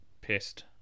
pissed